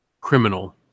criminal